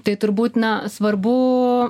tai turbūt na svarbu